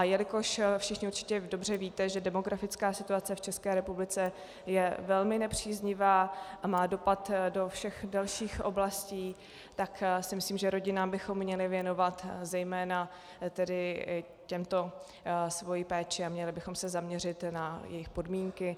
Jelikož všichni určitě dobře víte, že demografická situace v České republice je velmi nepříznivá a má dopad do všech dalších oblastí, tak si myslím, že rodinám bychom měli věnovat, zejména těmto, svoji péči a měli bychom se zaměřit na jejich podmínky.